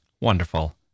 wonderful